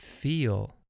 feel